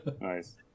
Nice